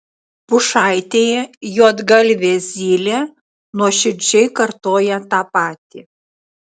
pušaitėje juodgalvė zylė nuoširdžiai kartoja tą patį